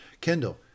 Kendall